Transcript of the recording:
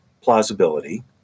plausibility